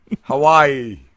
Hawaii